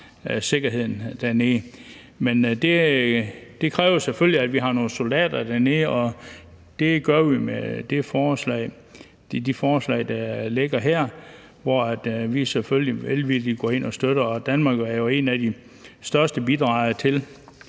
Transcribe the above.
sikkerheden. Det kræver selvfølgelig, at vi har nogle soldater dernede, og det får vi med de forslag, der ligger her. Vi går selvfølgelig velvilligt ind og støtter, og Danmark er jo en af de største bidragsydere til